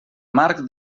marc